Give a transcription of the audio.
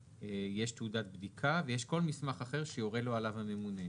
יש תעודת בדיקה ויש כל מסמך אחר שיורה לו עליו הממונה.